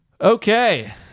Okay